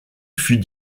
fut